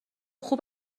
خوب